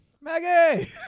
Maggie